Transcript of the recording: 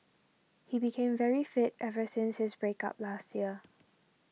he became very fit ever since his break up last year